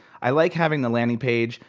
i like having the landing page.